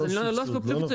לא, זה לא פיצוי.